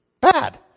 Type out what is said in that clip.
Bad